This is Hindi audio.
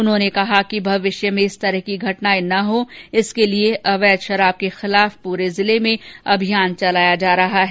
उन्होंने कहा कि भविष्य में इस तरह की घटनाएं नहीं हो इसके लिए अवैध शराब के खिलाफ पूरे जिले में अभियान चालाया जा रहा है